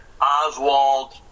Oswald